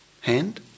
Hand